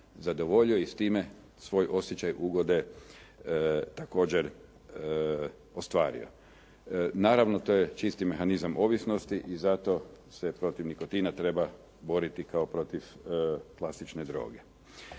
i s time svoj osjećaj ugode također ostvario. Naravno to je čisti mehanizam ovisnosti i zato se protiv nikotina treba boriti kao protiv klasične droge.